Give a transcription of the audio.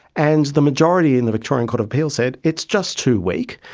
and the majority in the victorian court of appeal said it's just too weak,